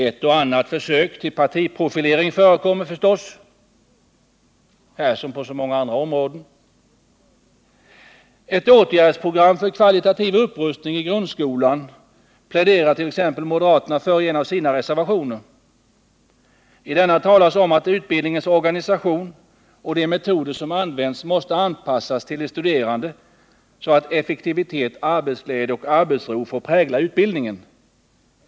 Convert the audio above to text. Ett och annat försök till partiprofilering förekommer förstås, här som på så många andra områden. Ett åtgärdsprogram för kvalitativ upprustning i grundskolan pläderar t.ex. moderaterna för ien av sina reservationer. I denna talas om att utbildningens organisation och de metoder som används måste anpassas till de studerande så att effektivitet, arbetsglädje och arbetsro får prägla utbildningen.